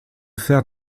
faire